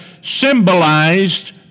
symbolized